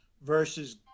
versus